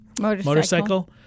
motorcycle—